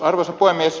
arvoisa puhemies